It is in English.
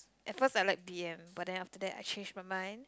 at first I like B_M but then after that I change my mind